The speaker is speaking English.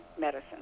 medicine